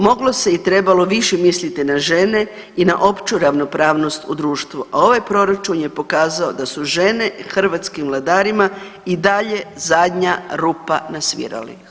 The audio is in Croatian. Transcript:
Moglo se i trebalo više misliti na žene i na opću ravnopravnost u društvu, a ovaj proračun je pokazao da su žene hrvatskim vladarima i dalje zadnja rupa na svirali.